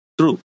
true